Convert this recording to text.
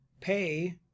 pay